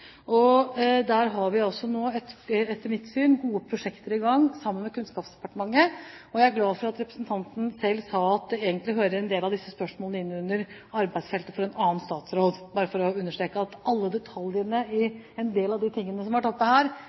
Der har vi nå – etter mitt syn – gode prosjekter i gang sammen med Kunnskapsdepartementet. Jeg er glad for at representanten selv sa at en del av disse spørsmålene egentlig hører inn under arbeidsfeltet til en annen statsråd – bare for å understreke at jeg ikke har alle detaljene i en del av det som har vært oppe her,